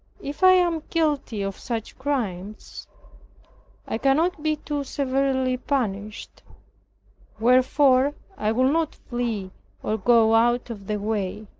if i am guilty of such crimes i cannot be too severely punished wherefore i will not flee or go out of the way.